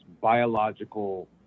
biological